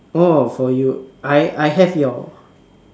oh for you I I have your